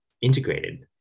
integrated